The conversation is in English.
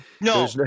no